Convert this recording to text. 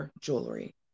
jewelry